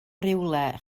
rywle